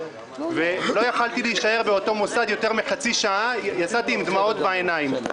לא יכולתי להישאר באותו המוסד יותר מחצי שעה יצאתי עם דמעות בעיניים.